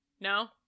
No